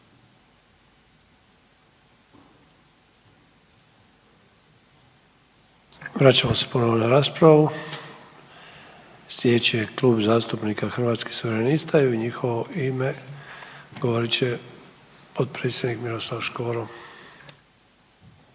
Vraćamo se ponovo na raspravu. Slijedeći je Klub zastupnika Hrvatskih suverenista i u njihovo ime govorit će potpredsjednik Miroslav Škoro.